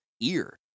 ear